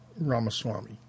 Ramaswamy